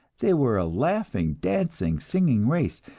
they were a laughing, dancing, singing race.